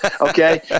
Okay